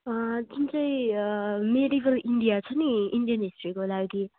जुन चाहिँ marigold India छ नि इन्डियन हिस्ट्रीको लागि